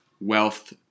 wealth